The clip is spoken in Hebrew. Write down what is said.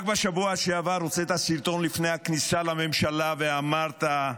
רק בשבוע שעבר הוצאת סרטון לפני הכניסה לממשלה ואמרת,